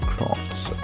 Crafts